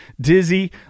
dizzy